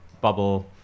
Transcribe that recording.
bubble